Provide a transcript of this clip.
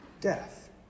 death